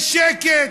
יש שקט.